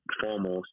foremost